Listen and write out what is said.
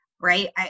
right